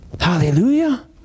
Hallelujah